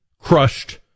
crushed